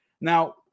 Now